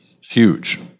Huge